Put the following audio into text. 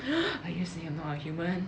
are you saying you're not a human